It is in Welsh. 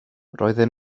roedden